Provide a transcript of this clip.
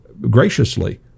graciously